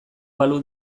balu